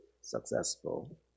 successful